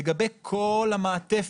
לגבי כל המעטפת,